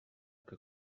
que